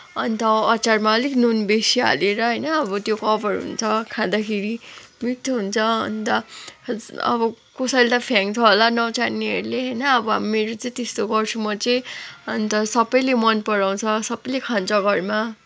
अन्त अचारमा अलिक नुन बेसी हालेर होइन अब त्यो कभर हुन्छ खाँदाखेरि मिठो हुन्छ अन्त अब कसैले फ्याँक्थ्यो होला नचाहिनेहरूले होइन अब मेरो चाहिँ त्यस्तो गर्छु म चाहिँ अन्त सबैले मनपराउँछ सबैले खान्छ घरमा